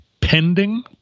pending